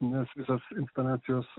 nes visas instaliacijos